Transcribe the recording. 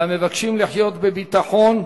והמבקשים לחיות בביטחון.